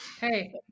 Hey